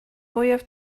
fwyaf